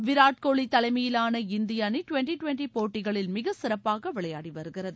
வீராட் கோலி தலைமையிலான இந்திய அணி டுவெண்டி டுவெண்டி போட்டிகளில் மிகச் சிறப்பாக விளையாடி வருகிறது